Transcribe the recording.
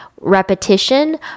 repetition